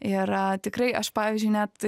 ir tikrai aš pavyzdžiui net